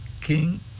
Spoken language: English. king